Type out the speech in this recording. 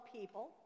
people